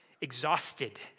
exhausted